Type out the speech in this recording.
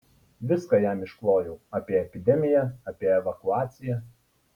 viską jam išklojau apie epidemiją apie evakuaciją